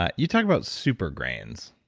ah you talk about super grains.